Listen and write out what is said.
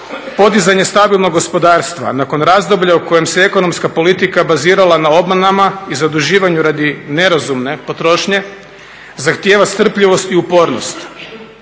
Podizanje stabilnog gospodarstva nakon razdoblja u kojem se ekonomska politika bazirala na obmanama i zaduživanju radi nerazumne potrošnje zahtijeva strpljivost i upornost.